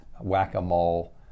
whack-a-mole